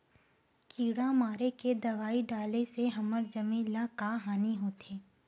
किड़ा मारे के दवाई डाले से हमर जमीन ल का हानि होथे?